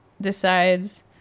decides